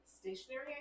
stationary